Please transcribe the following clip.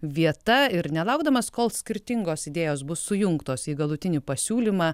vieta ir nelaukdamas kol skirtingos idėjos bus sujungtos į galutinį pasiūlymą